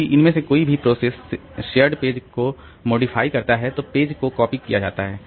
यदि इनमें से कोई भी प्रोसेस शेयर्ड पेज को मॉडिफाई करता है तो ही पेज को कॉपी किया जाता है